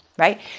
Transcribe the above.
right